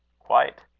quite.